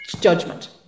judgment